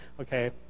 Okay